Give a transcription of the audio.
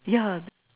yeah